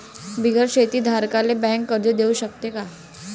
बिगर शेती धारकाले बँक कर्ज देऊ शकते का?